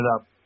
up